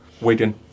Wigan